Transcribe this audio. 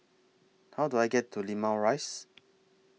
How Do I get to Limau Rise